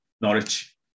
Norwich